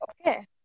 Okay